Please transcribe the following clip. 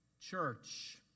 church